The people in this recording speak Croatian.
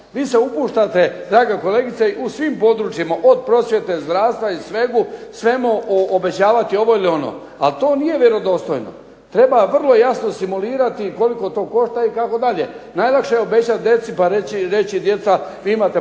Vi se upuštate, draga kolegice, u svim područjima od prosvjete, zdravstva i svemu obećavati ovo ili ono, a to nije vjerodostojno. Treba vrlo jasno simulirati koliko to košta i kako dalje. Najlakše je obećati djeci pa reći djeca vi imate pravo